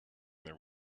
their